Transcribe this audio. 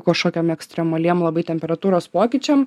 kažkokiem ekstremaliem labai temperatūros pokyčiam